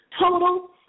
Total